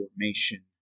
formation